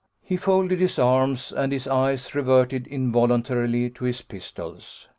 he folded his arms, and his eyes reverted involuntarily to his pistols.